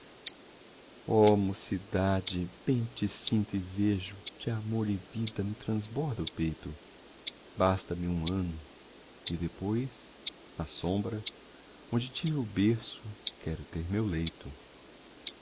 oh mocidade bem te sinto e vejo de amor e vida me trasborda o peito basta-me um ano e depois na sombra onde tive o berço quero ter meu leito